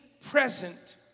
present